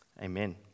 amen